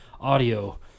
audio